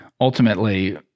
ultimately